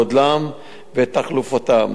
גודלן ותחלופתן.